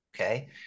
okay